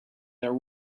their